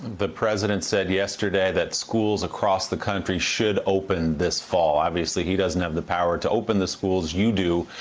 the president said yesterday that schools across the country should open this fall. obviously he doesn't have the power to open the schools. you do.